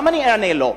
גם אני אענה: לא.